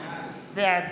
בעד